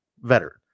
veteran